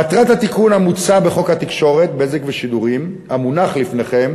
מטרת התיקון המוצע בחוק התקשורת (בזק ושידורים) המונח לפניכם